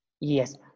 Yes